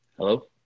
Hello